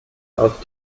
auf